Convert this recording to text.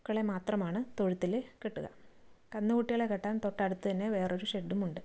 പശുക്കളെ മാത്രമാണ് തൊഴുത്തില് കെട്ടുക കന്നുകുട്ടികളെ കെട്ടാൻ തൊട്ടടുത്ത് തന്നെ വേറെയൊരു ഷെഡുമുണ്ട്